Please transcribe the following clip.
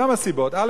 כמה סיבות: א.